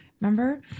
Remember